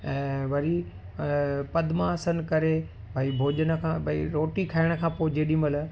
ऐं वरी पद्मासन करे भई भोजन खां भई रोटी खाइण खां पोइ जेॾी महिल